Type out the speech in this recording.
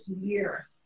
year